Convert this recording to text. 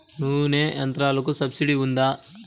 నూనె యంత్రాలకు సబ్సిడీ ఉందా?